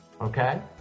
okay